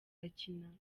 gukina